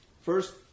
first